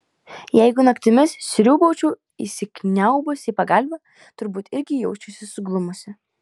jeigu naktimis sriūbaučiau įsikniaubusi į pagalvę turbūt irgi jausčiausi suglumusi